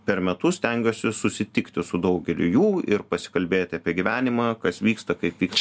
per metus stengiuosi susitikti su daugeliu jų ir pasikalbėti apie gyvenimą kas vyksta kaip vyksta